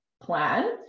plan